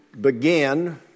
begin